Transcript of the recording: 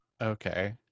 Okay